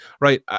right